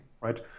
right